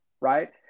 right